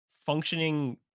functioning